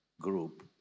group